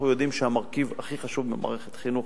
אנחנו יודעים שהמרכיב הכי חשוב במערכת חינוך,